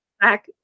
back